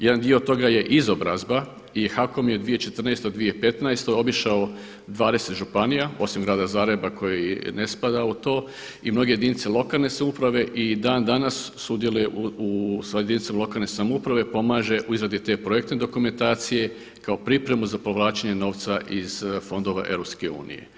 Jedan dio toga je izobrazba i HAKOM je 2014. i 2015. obišao 20 županija osim grada Zagreba koji ne spada u to i mnoge jedinice lokalne samouprave i dan danas sudjeluje sa jedinica lokalne samouprave pomaže u izradi te projektne dokumentacije kao pripremu za povlačenje novca iz fondova EU.